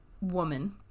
woman